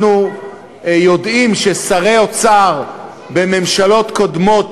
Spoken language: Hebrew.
אנחנו יודעים ששרי אוצר בממשלות קודמות